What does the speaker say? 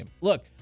Look